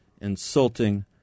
insulting